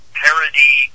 parody